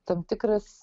tam tikras